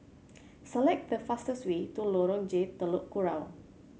select the fastest way to Lorong J Telok Kurau